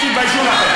תתביישו לכם.